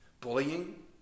Bullying